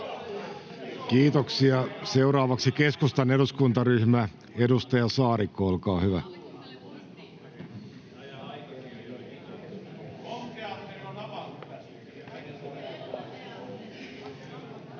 Kiitoksia. — Seuraavaksi keskustan eduskuntaryhmä, edustaja Saarikko, olkaa hyvä.